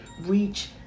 reach